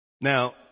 Now